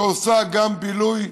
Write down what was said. שעושה גם בילוי,